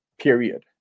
period